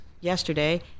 yesterday